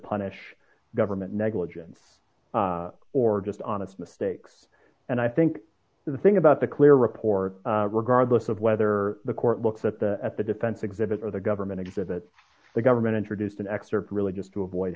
punish government negligence or just honest mistakes and i think the thing about the clear report regardless of whether the court looks at the at the defense exhibit or the government exhibit the government introduced an excerpt really just to avoid